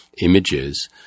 images